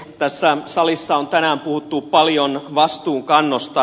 tässä salissa on tänään puhuttu paljon vastuunkannosta